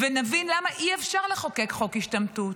ונבין למה אי-אפשר לחוקק חוק השתמטות.